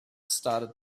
started